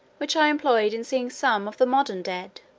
which i employed in seeing some of the modern dead,